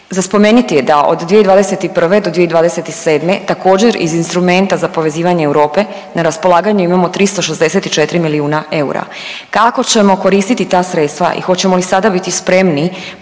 Za spomeniti je da od 2021. do 2027. također iz instrumenta za povezivanje Europe na raspolaganju imamo 364 milijuna eura. Kako ćemo koristiti ta sredstva i hoćemo li sada biti spremni